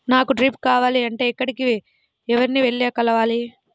నాకు డ్రిప్లు కావాలి అంటే ఎక్కడికి, ఎవరిని వెళ్లి కలవాలి?